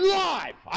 live